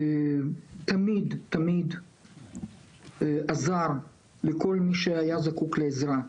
תמיד עזר לכל מי שהיה זקוק לעזרה.